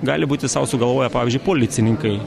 gali būti sau sugalvoję pavyzdžiui policininkai